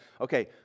okay